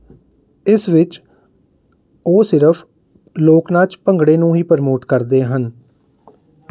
ਇਸ ਵਿੱਚ ਉਹ ਸਿਰਫ਼ ਲੋਕ ਨਾਚ ਭੰਗੜੇ ਨੂੰ ਹੀ ਪ੍ਰੋਮੋਟ ਕਰਦੇ ਹਨ